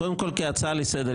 קודם כול כהצעה לסדר,